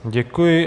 Děkuji.